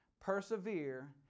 persevere